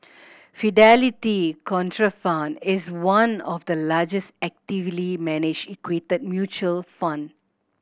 Fidelity Contrafund is one of the largest actively managed equity mutual fund